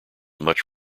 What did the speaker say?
much